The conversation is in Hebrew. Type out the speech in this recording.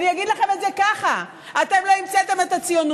אני אגיד לכם את זה ככה: אתם לא המצאתם את הציונות,